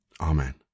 Amen